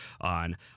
on